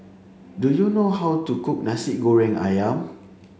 do you know how to cook Nasi Goreng Ayam